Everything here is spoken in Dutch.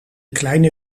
kleine